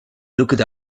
looked